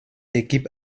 équipe